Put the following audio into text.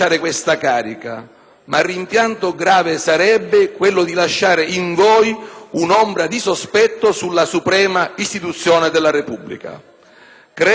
ma rimpianto grave sarebbe quello di lasciare in voi un'ombra di sospetto sulla suprema istituzione della Repubblica. Credo che oggi